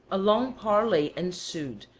a long parley ensued,